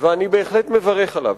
ואני בהחלט מברך עליו.